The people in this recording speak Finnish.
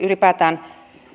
ylipäätään